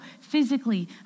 physically